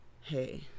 hey